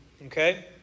Okay